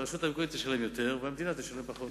הרשות המקומית תשלם יותר והמדינה תשלם פחות.